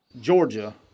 Georgia